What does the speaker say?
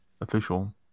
official